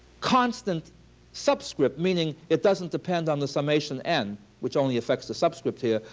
constant subscript, meaning it doesn't depend on the summation n which only affects the subscript here,